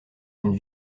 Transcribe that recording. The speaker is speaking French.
une